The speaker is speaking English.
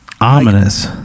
ominous